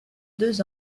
deux